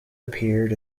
appeared